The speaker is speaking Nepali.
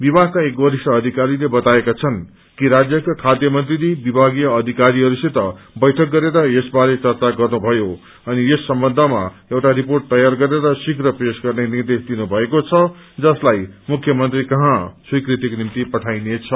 विभागका एक वरिष्ठ अधिकारले बताएका छन् कि राज्यका खाध्य मंत्रीले विभागीय अधिकरीहरूसित बैठक गरेर यस बारे चर्चा गर्नुभयो अनि यस यम्बन्धमा एउटा रिपोट तयार गरेर शीघ्र पेश गर्ने निर्देश दिनु भएको छ जसलााइ मुख्यमंत्रीकहाँ स्वीकृतिको निम्ति पठाइनेछ